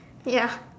ya